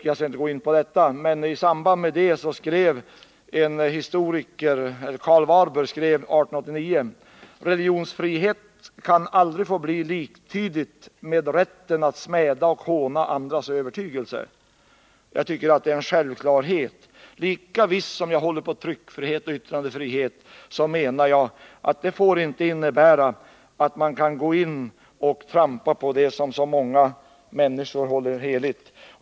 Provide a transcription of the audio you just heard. Jag skall inte gå in på detta, men i samband med denna händelse skrev historikern Karl Warburg 1889: Religionsfrihet kan aldrig få bli liktydigt med rätten att smäda och håna andras övertygelse. Det är enligt min mening en självklarhet. Lika visst som jag håller på tryckfrihet och yttrandefrihet menar jag att det inte får innebära att man kan trampa på det som många människor håller heligt.